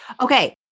Okay